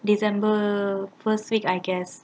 december first week I guess